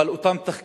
אבל אותם תחקירים,